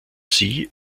sie